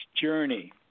journey